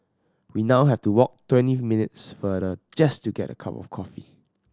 we now have to walk twenty minutes farther just to get a cup of coffee